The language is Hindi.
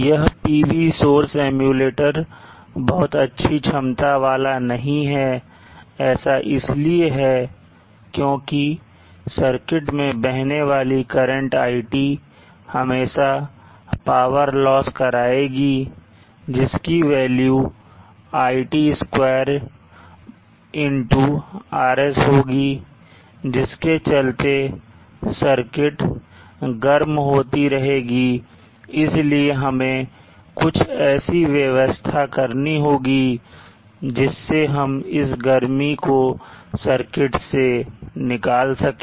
यह PV सोर्स एम्युलेटर बहुत अच्छी क्षमता वाला नहीं है ऐसा इसलिए है क्योंकि सर्किट में बहने वाली करंट iT हमेशा पावर लॉस कराएगी जिसकी वैल्यू iT स्क्वायर RS होगी जिसके चलते सर्किट गर्म होती रहेगी इसलिए हमें कुछ ऐसी व्यवस्था करनी होगी जिससे हम इस गर्मी को सर्किट से निकाल सकें